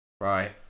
Right